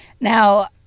Now